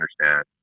understand